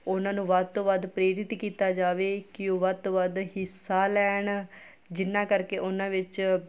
ਉਹਨਾਂ ਨੂੰ ਵੱਧ ਤੋਂ ਵੱਧ ਪ੍ਰੇਰਿਤ ਕੀਤਾ ਜਾਵੇ ਕਿ ਉਹ ਵੱਧ ਤੋਂ ਵੱਧ ਹਿੱਸਾ ਲੈਣ ਜਿਹਨਾਂ ਕਰਕੇ ਉਹਨਾਂ ਵਿੱਚ